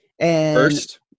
first